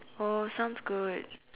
oh sounds good